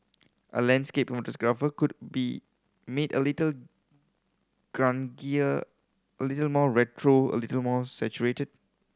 a landscape photograph could be made a little grungier a little more retro a little more saturated